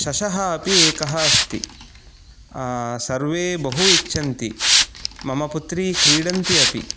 शशः अपि एकः अस्ति सर्वे बहु इच्छन्ति मम पुत्री क्रीडति अपि